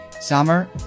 summer